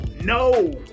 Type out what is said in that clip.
no